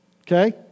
okay